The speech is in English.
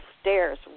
stairs